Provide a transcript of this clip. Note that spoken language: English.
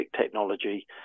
technology